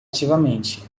ativamente